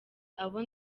abo